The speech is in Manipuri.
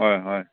ꯍꯣꯏ ꯍꯣꯏ